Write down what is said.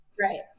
Right